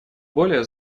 более